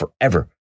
forever